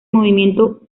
movimiento